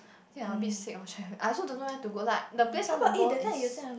think I'm a bit sick of travel I also don't know where to go like the place I want to go is